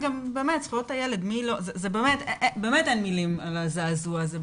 באמת אין מילים על הזעזוע הזה.